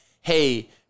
hey